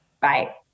Bye